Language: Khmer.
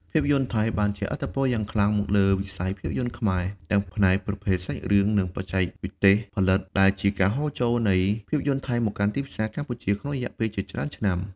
ភាពយន្តថៃបានជះឥទ្ធិពលយ៉ាងខ្លាំងមកលើវិស័យភាពយន្តខ្មែរ ទាំងផ្នែកប្រភេទសាច់រឿង និងបច្ចេកទេសផលិត ដែលជាការហូរចូលនៃភាពយន្តថៃមកកាន់ទីផ្សារកម្ពុជាក្នុងរយៈពេលជាច្រើនឆ្នាំ។